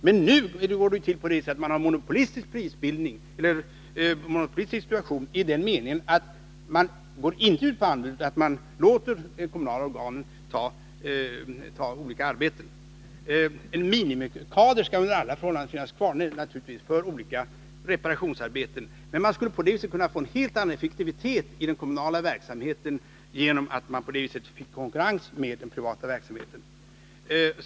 Men nu är det så att man har en monopolistisk situation i den meningen att man inte infordrar anbud utan låter kommunala organ utföra olika arbeten. En minimikader skall naturligtvis alltid finnas kvar för olika reparationsarbeten. Men man skulle kunna få en helt annan effektivitet i den kommunala verksamheten om man fick konkurrens med den privata verksamheten.